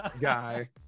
guy